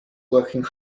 working